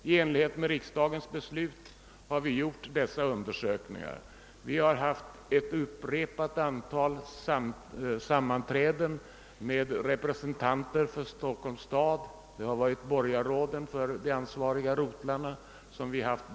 I enlighet med riksdagens beslut har vi också gjort dessa undersökningar. Vi har haft ett antal sammanträffanden med representanter för Stockholms stad. Vi har haft diskussioner med borgarråden för de ansvariga rotlarna.